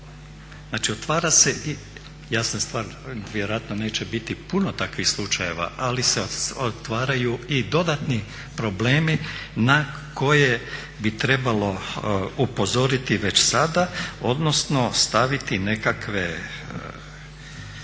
Znači otvara se i jasna stvar, vjerojatno neće biti puno takvih slučajeva ali se otvaraju i dodatni problemi na koje bi trebalo upozoriti već sada, odnosno staviti nekakve